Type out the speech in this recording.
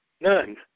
None